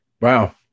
Wow